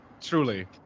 Truly